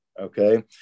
Okay